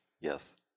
Yes